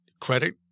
credit